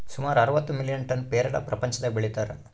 ಸುಮಾರು ಅರವತ್ತು million ton ಪೇರಲ ಪ್ರಪಂಚದಾಗ ಬೆಳೀತಾರ